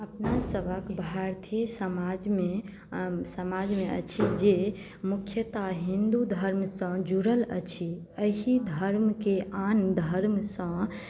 अपनसभक भारतीय समाजमे समाजमे अछि जे से मुख्यतः हिन्दू धर्मसँ जुड़ल अछि एहि धर्मकेँ आन धर्मसँ